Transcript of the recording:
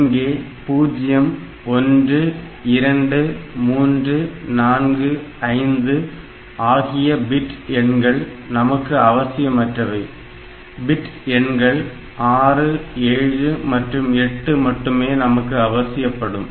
இங்கே 0 1 2 3 4 5 ஆகிய பிட் எண்கள் நமக்கு அவசியமற்றதவை பிட் எண்கள் 67 மற்றும் 8 மட்டுமே நமக்கு அவசியப்படும்